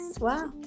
wow